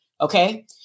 okay